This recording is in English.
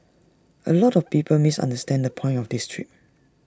A lot of people misunderstand the point of this trip